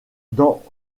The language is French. dans